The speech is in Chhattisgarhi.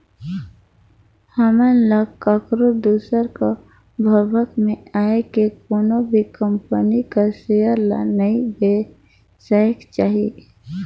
हमन ल काकरो दूसर कर भभक में आए के कोनो भी कंपनी कर सेयर ल नी बेसाएक चाही